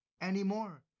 anymore